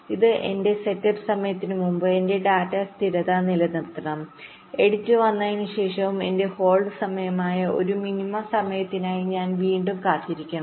ഇത് എന്റെ സെറ്റപ്പ് സമയത്തിന് മുമ്പ് എന്റെ ഡാറ്റ സ്ഥിരത നിലനിർത്തണം എഡ്ജ് വന്നതിനുശേഷം എന്റെ ഹോൾഡ് സമയമായ ഒരു മിനിമം സമയത്തിനായി ഞാൻ വീണ്ടും കാത്തിരിക്കണം